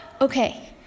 okay